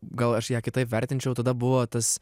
gal aš ją kitaip vertinčiau tada buvo tas